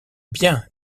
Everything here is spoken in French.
bien